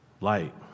Light